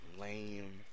Lame